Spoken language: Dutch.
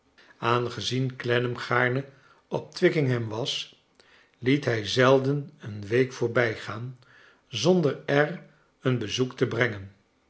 aangezien clennam gaarne op twickingham was liet hij zelden een week voorbijgaan zonder er een bezoek te brengen